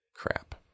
crap